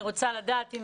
אני רוצה לדעת אם